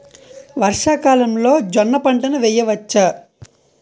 వర్షాకాలంలో జోన్న పంటను వేయవచ్చా?